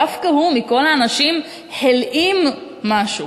דווקא הוא מכל האנשים הלאים משהו.